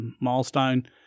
milestone